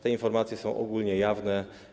Te informacje są ogólnie jawnie.